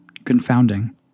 confounding